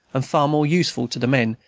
and far more useful to the men,